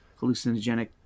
hallucinogenic